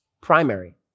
primary